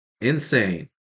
insane